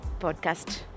podcast